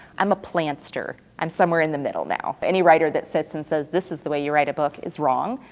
i'm a planster, i'm somewhere in the middle now, any writer that sits and says, this is the way you write a book is wrong,